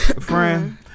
Friend